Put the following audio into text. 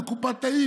לקופת העיר,